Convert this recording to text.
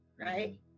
right